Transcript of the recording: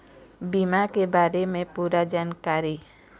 बीमा के बारे म पूरा जानकारी?